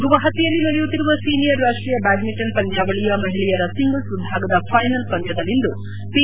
ಗುವಾಪತಿಯಲ್ಲಿ ನಡೆಯುತ್ತಿರುವ ಸೀನಿಯರ್ ರಾಷ್ಟೀಯ ಬ್ಕಾಡ್ಮಿಂಟನ್ ಪಂದ್ಕಾವಳಿಯ ಮಹಿಳೆಯರ ಸಿಂಗಲ್ಸ್ ವಿಭಾಗದ ಫೈನಲ್ ಪಂದ್ಡದಲ್ಲಿಂದು ಪಿ